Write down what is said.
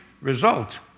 result